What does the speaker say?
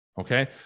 Okay